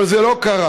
אבל זה לא קרה.